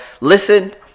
listen